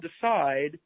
decide